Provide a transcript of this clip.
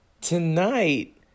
Tonight